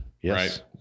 Yes